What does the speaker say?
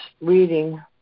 reading